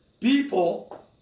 people